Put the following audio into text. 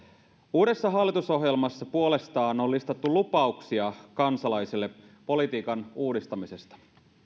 uudessa hallitusohjelmassa puolestaan on listattu lupauksia kansalaisille politiikan uudistamisesta